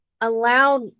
allowed